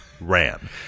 ran